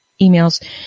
emails